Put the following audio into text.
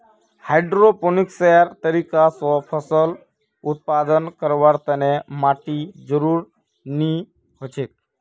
हाइड्रोपोनिक्सेर तरीका स फसल उत्पादन करवार तने माटीर जरुरत नी हछेक